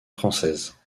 française